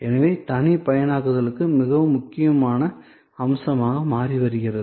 எனவே தனிப்பயனாக்குதலும் மிக முக்கியமான அம்சமாக மாறி வருகிறது